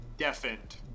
Deafened